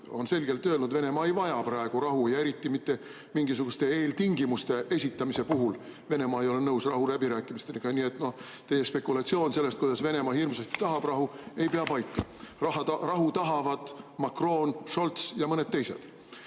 On selgelt öelnud, et Venemaa ei vaja praegu rahu, eriti mingisuguste eeltingimuste esitamise puhul ei ole Venemaa nõus rahuläbirääkimistega. Teie spekulatsioon sellest, kuidas Venemaa hirmsasti tahab rahu, ei pea paika. Rahu tahavad Macron, Scholz ja mõned teised.